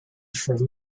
through